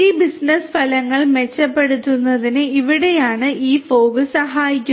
business ഫലങ്ങൾ മെച്ചപ്പെടുത്തുന്നതിന് ഇവിടെയാണ് ഈ ഫോഗ് സഹായിക്കുന്നത്